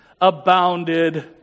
abounded